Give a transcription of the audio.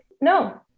no